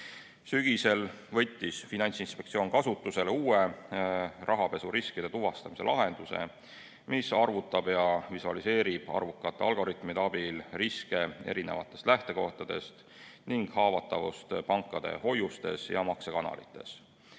Sügisel võttis Finantsinspektsioon kasutusele uue rahapesuriskide tuvastamise lahenduse, mis arvutab ja visualiseerib arvukate algoritmide abil riske erinevatest lähtekohtadest ning pankade hoiuste ja maksekanalite